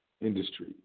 industry